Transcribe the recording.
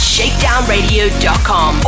Shakedownradio.com